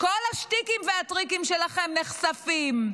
כל השטיקים והטריקים שלכם נחשפים.